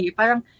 parang